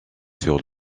sur